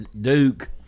Duke